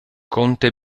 conte